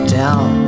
down